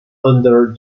under